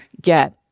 get